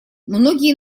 многие